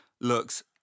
looks